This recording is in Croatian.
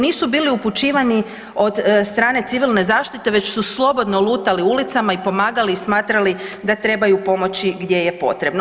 Nisu bili upućivani od strane civilne zaštite već su slobodno lutali ulicama i pomagali i smatrali da trebaju pomoći gdje je potrebno.